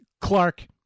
Clark